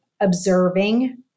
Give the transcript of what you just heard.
observing